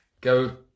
go